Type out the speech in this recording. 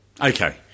Okay